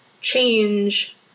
change